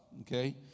okay